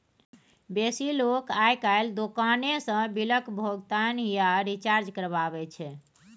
बेसी लोक आइ काल्हि दोकाने सँ बिलक भोगतान या रिचार्ज करबाबै छै